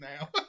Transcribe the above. now